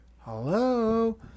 Hello